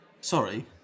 Sorry